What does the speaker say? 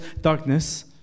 darkness